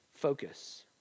focus